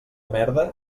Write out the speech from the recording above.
merda